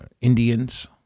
Indians